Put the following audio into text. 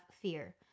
fear